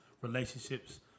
relationships